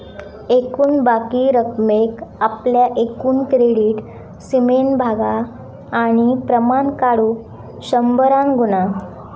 एकूण बाकी रकमेक आपल्या एकूण क्रेडीट सीमेन भागा आणि प्रमाण काढुक शंभरान गुणा